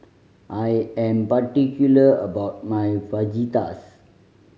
I am particular about my Fajitas